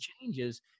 changes